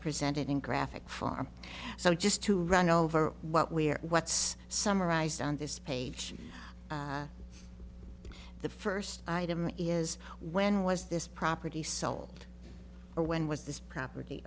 present it in graphic far so just to run over what we're what's summarized on this page the first item is when was this property sold or when was this property